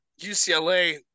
UCLA